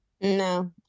No